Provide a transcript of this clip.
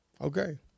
Okay